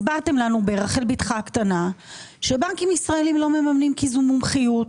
הסברתם לנו ברחל בתך הקטנה שבנקים ישראלים לא מממנים כי זו מומחיות.